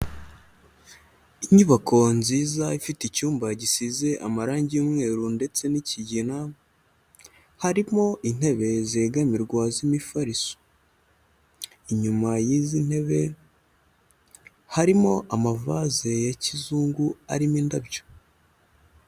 Inyubako nziza ifite icyumba gisize amarange y'umweru ndetse n'ikigina, harimo intebe zegamirwa z'imifariso, inyuma y'izi ntebe harimo amavase ya kizungu arimo indabyo.